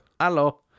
hello